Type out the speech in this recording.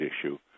issue